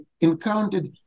encountered